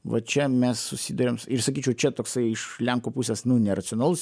va čia mes susiduriam ir sakyčiau čia toksai iš lenkų pusės nu neracionalus